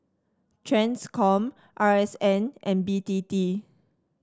Transcom R S N and B T T